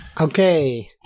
Okay